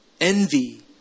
Envy